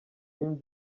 kim